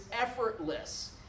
effortless